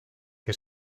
que